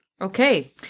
Okay